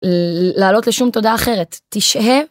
לעלות לשום תודעה אחרת תש...